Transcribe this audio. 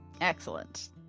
excellent